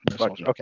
okay